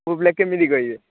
ପୁଅ ପିଲା କେମିତି କହିବେ